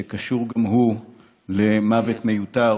שקשור גם הוא למוות מיותר